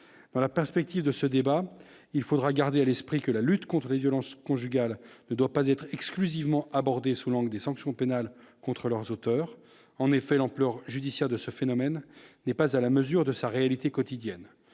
dans la perspective de ce débat, il faudra garder à l'esprit que la lutte contre les violences conjugales ne doit pas être exclusivement abordé sous l'angle des sanctions pénales contre leurs auteurs en effet l'ampleur judiciaire de ce phénomène n'est pas à la mesure de sa réalité quotidienne